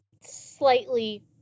slightly